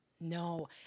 No